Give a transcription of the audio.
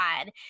God